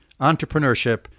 entrepreneurship